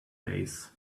days